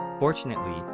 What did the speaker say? fortunately,